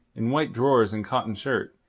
in white drawers and cotton shirt,